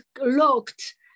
locked